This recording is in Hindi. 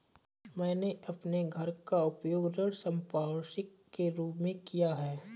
मैंने अपने घर का उपयोग ऋण संपार्श्विक के रूप में किया है